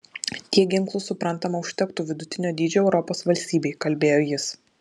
tiek ginklų suprantama užtektų vidutinio dydžio europos valstybei kalbėjo jis